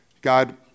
God